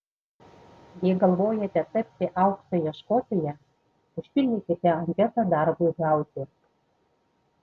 jei galvojate tapti aukso ieškotoja užpildykite anketą darbui gauti